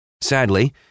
Sadly